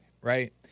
right